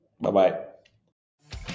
Bye-bye